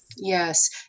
Yes